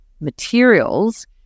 materials